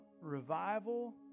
revival